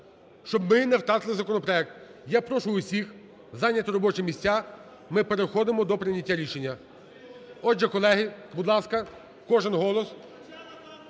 щоб мине втратили законопроект. Я прошу усіх зайняти робочі місця, ми переходимо до прийняття рішення. Отже, колеги, будь ласка, кожен голос